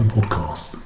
Podcast